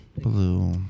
Blue